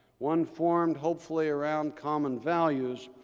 one formed, hopefully, around common values,